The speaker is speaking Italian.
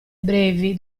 brevi